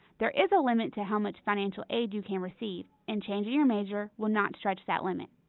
there is a limit to how much financial aid you can receive and changing your major will not stretch that limit.